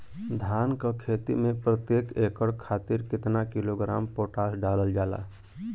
धान क खेती में प्रत्येक एकड़ खातिर कितना किलोग्राम पोटाश डालल जाला?